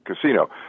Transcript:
casino